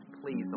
please